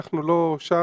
אנחנו לא שם,